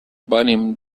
venim